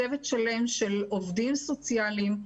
צוות שלם של עובדים סוציאליים,